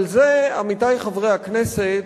אבל זה, עמיתי חברי הכנסת,